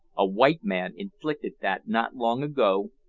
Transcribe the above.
a white man inflicted that not long ago,